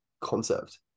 concept